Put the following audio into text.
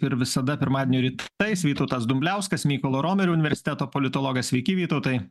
ir visada pirmadienio rytais vytautas dumbliauskas mykolo romerio universiteto politologas sveiki vytautai